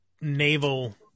naval